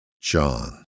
John